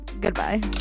Goodbye